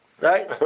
Right